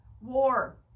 war